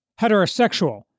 heterosexual